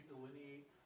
delineate